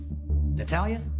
Natalia